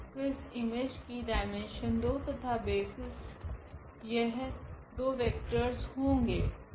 तो इस इमेज की डाईमेन्शन 2 तथा बेसिस यह दो वेक्टरस होगे